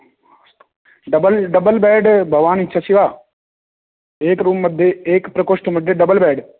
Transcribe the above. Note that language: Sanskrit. डबल् डबल् बेड् भवान् इच्छसि वा एक रूम्मध्ये एक प्रकोष्ठमध्ये डबल् बेड्